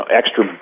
extra